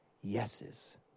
yeses